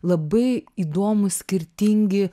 labai įdomūs skirtingi